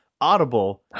Audible